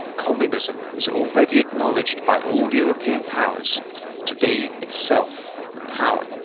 communism is already acknowledged by all european powers to be itself a power.